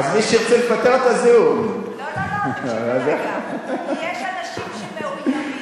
אז מי שירצה לפטר, לא, יש אנשים שמאוימים.